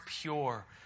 pure